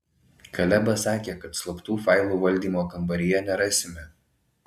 kalebas sakė kad slaptų failų valdymo kambaryje nerasime